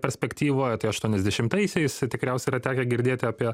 perspektyvoje tai aštuoniasdešimtaisiais tikriausiai yra tekę girdėti apie